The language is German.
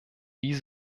wie